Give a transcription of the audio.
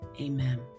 Amen